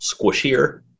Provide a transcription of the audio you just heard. squishier